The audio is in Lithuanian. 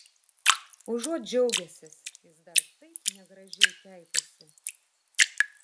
užuot džiaugęsis jis dar taip negražiai keikiasi